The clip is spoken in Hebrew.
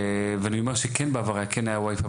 ואני אומר שכן בעבר היה wifi.